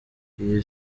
iyi